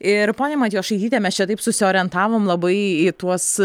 ir ponia matjošaityte mes čia taip susiorientavome labai į tuos